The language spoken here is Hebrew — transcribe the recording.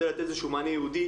מענה ייעודי.